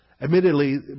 Admittedly